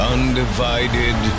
Undivided